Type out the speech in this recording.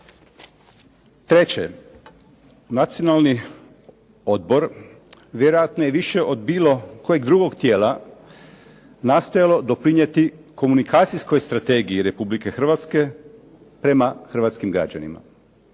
Treće, Nacionalni odbor vjerojatno je više od bilo kojeg drugog tijela nastojao doprinijeti komunikacijskoj strategiji Republike Hrvatske prema Hrvatskim građanima,